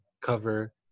cover